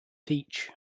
teach